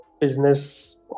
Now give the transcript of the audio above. business